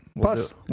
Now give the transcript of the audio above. Plus